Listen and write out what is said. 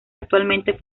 actualmente